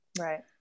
right